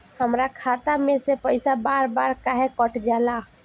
हमरा खाता में से पइसा बार बार काहे कट जाला?